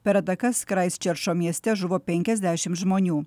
per atakas kraistčerčo mieste žuvo penkiasdešim žmonių